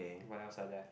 what else are there